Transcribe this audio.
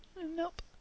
Nope